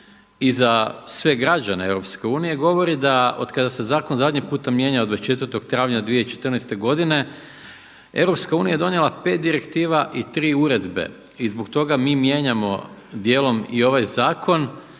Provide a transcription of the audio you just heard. i za sve građane EU, govori da otkada se zakon zadnji puta mijenjao 24 travnja 2014. godine Europska unija je donijela 5 direktiva i 3 uredbe i zbog toga mi mijenjamo djelom i ovaj zakon